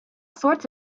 sorts